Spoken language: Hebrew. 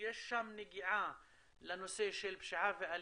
שיש שם נגיעה לנושא של פשיעה ואלימות,